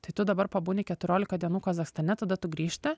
tai tu dabar pabūni keturiolika dienų kazachstane tada tu grįžti